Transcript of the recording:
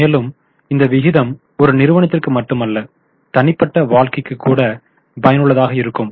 மேலும் இந்த விகிதம் ஒரு நிறுவனத்திற்கு மட்டுமல்ல தனிப்பட்ட வாழ்க்கைக்கு கூட பயனுள்ளதாக இருக்கும்